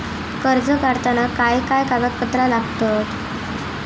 कर्ज काढताना काय काय कागदपत्रा लागतत?